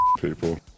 people